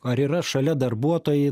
ar yra šalia darbuotojai